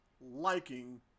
liking